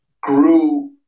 grew